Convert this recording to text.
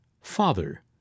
Father